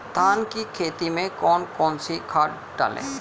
धान की खेती में कौन कौन सी खाद डालें?